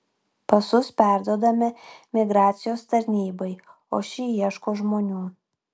pasus perduodame migracijos tarnybai o ši ieško žmonių